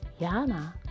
Yana